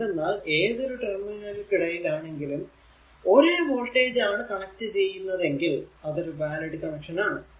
എന്തെന്നാൽ ഏതൊരു ടെർമിനലുകൾക്കിടയിൽ ആണെങ്കിലും ഒരേ വോൾടേജ് ആണ് കണക്ട് ചെയ്തതെങ്കിൽ അത് ഒരു വാലിഡ് കണക്ഷൻ ആണ്